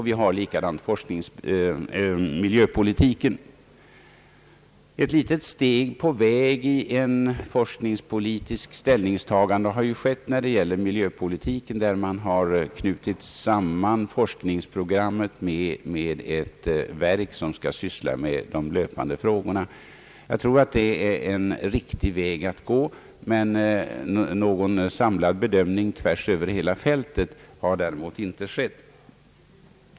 Vi har likaså miljöpolitiken. Ett litet steg på väg mot ett forskningspolitiskt ställningstagande har ju tagits i fråga om miljöpolitiken, där man har knutit samman forskningsprogrammet med ett verk, som skall syssla med de löpande frågorna. Jag tror att det är en riktig väg att gå, men någon samlad bedömning tvärs över hela fältet har däremot inte skett.